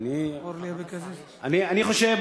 חושב,